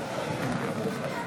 קריב, אינו נוכח